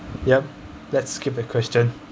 yup let's skip the question